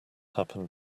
happened